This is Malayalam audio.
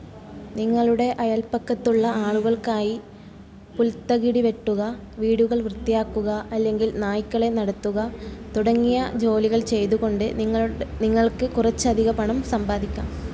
നിങ്ങളുടെ അയൽപക്കത്തുള്ള ആളുകൾക്കായി പുൽത്തകിടി വെട്ടുക വീടുകൾ വൃത്തിയാക്കുക അല്ലെങ്കിൽ നായ്ക്കളെ നടത്തുക തുടങ്ങിയ ജോലികൾ ചെയ്ത് കൊണ്ട് നിങ്ങൾക്ക് നിങ്ങൾക്ക് കുറച്ചധിക പണം സമ്പാദിക്കാം